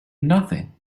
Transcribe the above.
nothing